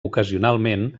ocasionalment